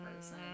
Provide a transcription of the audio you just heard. person